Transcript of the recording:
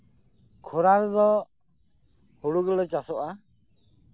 ᱠᱷᱚᱨᱟ ᱨᱮᱫᱚ ᱦᱩᱲᱩ ᱜᱮᱞᱮ ᱪᱟᱥᱚᱜᱼᱟ